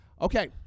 Okay